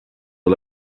are